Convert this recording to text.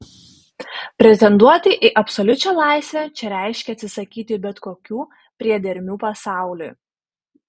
pretenduoti į absoliučią laisvę čia reiškė atsisakyti bet kokių priedermių pasauliui